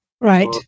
Right